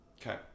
Okay